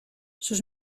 sus